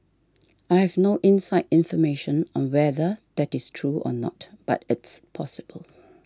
I have no inside information on whether that is true or not but it's possible